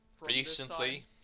recently